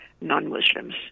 non-Muslims